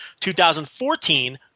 2014